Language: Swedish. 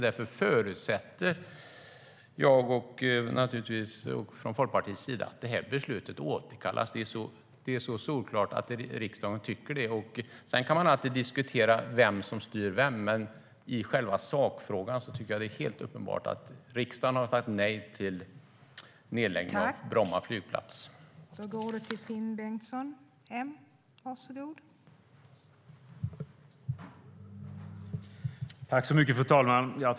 Därför förutsätter jag och Folkpartiet att det här beslutet återkallas. Man kan alltid diskutera vem som styr vem, men i själva sakfrågan tycker jag att det är helt uppenbart att riksdagen har sagt nej till en nedläggning av Bromma flygplats.